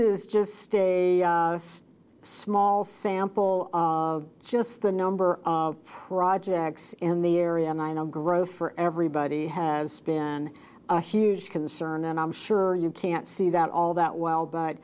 is just a small sample of just the number of projects in the area and i know growth for everybody has been a huge concern and i'm sure you can't see that all that well but